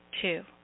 Two